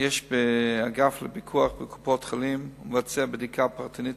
האגף לפיקוח בקופות-החולים מבצע בדיקה פרטנית